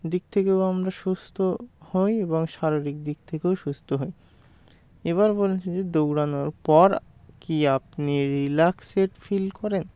দিক থেকেও আমরা সুস্থ হই এবং শারীরিক দিক থেকেও সুস্থ হই এবার বলেছে যে দৌড়ানোর পর কি আপনি রিল্যাক্সড ফিল করেন